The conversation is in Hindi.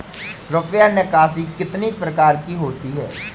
रुपया निकासी कितनी प्रकार की होती है?